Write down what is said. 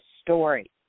story